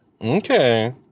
Okay